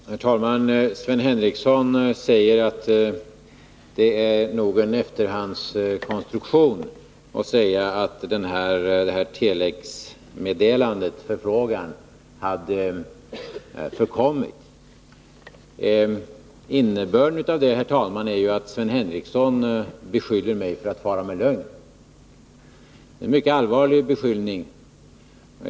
Herr talman! Sven Henricsson påstår att det nog är en efterhandskonstruktion att säga att denna telexförfrågan hade förkommit. Innebörden av detta är ju att Sven Henricsson beskyller mig för att fara med lögn. Det är en mycket allvarlig beskyllning.